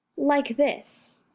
like this.